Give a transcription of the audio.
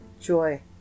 joy